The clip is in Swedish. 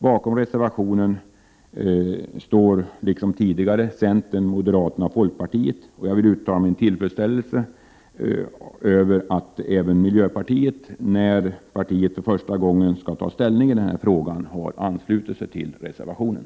Bakom reservationen står liksom tidigare centern, moderaterna och folkpartiet. Jag vill uttala min tillfredsställelse över att även miljöpartiet — när det partiet nu för första gången skall ta ställning i denna fråga — har anslutit sig till reservationen.